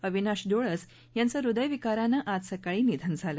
अविनाश डोळस यांचे हृदयविकाराने आज सकाळी निधन झालं